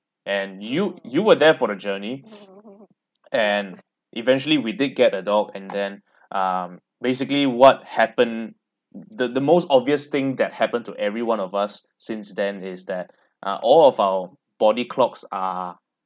and you you were there for the journey and eventually we did get a dog and then um basically what happen the the most obvious thing that happen to everyone of us since then is that uh all of our body clocks are